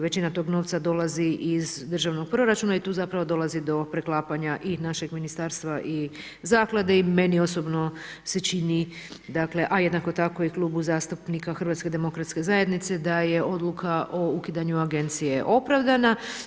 Većina tog novca dolazi iz državnog proračuna i tu zapravo dolazi do preklapanja i našeg ministarstva i zaklade i meni osobno se čini dakle, a jednako tako i Klubu zastupnika HDZ-a, da je odluka o ukidanju agencije opravdana.